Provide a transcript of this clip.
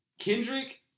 Kendrick